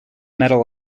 metal